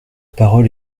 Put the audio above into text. parole